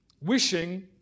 Wishing